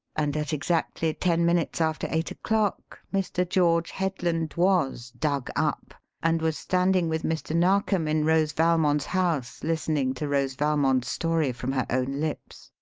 and at exactly ten minutes after eight o'clock, mr. george headland was dug up and was standing with mr. narkom in rose valmond's house listening to rose valmond's story from her own lips,